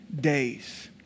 days